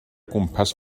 gwmpas